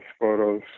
photos